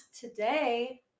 today